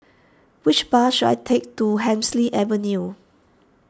which bus should I take to Hemsley Avenue